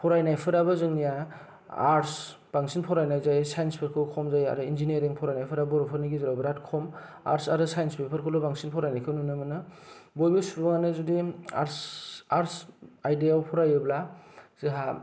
फरायनायफोराबो जोंनिया आर्ट्स बांसिन फरायनाय जायो साइन्सफोरखौ खम जायो आरो इनजिनियारिं फरायनायफोरा बर'फोरनि गेजेराव बिराद खम आर्ट्स आरो साइन्स बेफोरखौल' बांसिन फरायनायखौ नुनो मोनो बयबो सुबुङानो जुदि आर्ट्स आइदायाव फरायोब्ला जोंहा